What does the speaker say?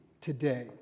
today